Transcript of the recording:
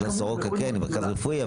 בסורוקה כן; זה מרכז רפואי,